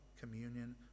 communion